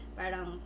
parang